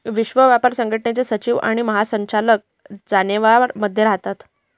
विश्व व्यापार संघटनेचे सचिव आणि महासंचालक जनेवा मध्ये राहतात